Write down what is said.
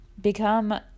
become